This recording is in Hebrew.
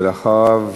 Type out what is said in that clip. ואחריו,